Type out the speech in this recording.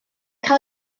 cael